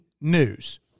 news